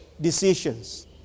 decisions